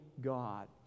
God